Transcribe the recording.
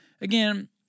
again